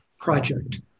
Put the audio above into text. project